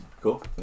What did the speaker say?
Cool